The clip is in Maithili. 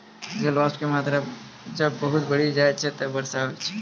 जलवाष्प के मात्रा जब बहुत बढ़ी जाय छै तब वर्षा होय छै